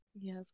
Yes